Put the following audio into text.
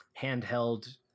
handheld